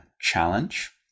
challenge